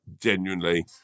genuinely